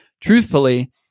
truthfully